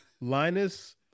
Linus